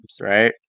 right